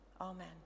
Amen